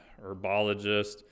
herbologist